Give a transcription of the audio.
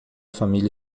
família